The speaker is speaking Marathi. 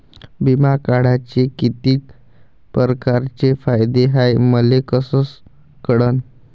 बिमा काढाचे कितीक परकारचे फायदे हाय मले कस कळन?